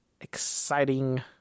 exciting